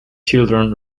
children